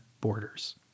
borders